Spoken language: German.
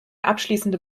abschließende